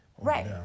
Right